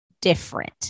different